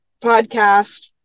podcast